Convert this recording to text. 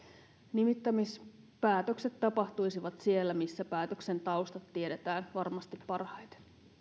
nimittämispäätökset tapahtuisivat siellä missä päätöksen taustat tiedetään varmasti parhaiten